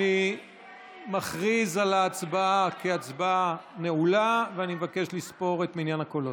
אני מכריז על ההצבעה כנעולה ואבקש לספור את הקולות.